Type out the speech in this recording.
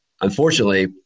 Unfortunately